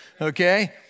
Okay